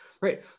right